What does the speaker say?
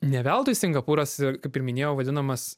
neveltui singapūras ir kaip ir minėjau vadinamas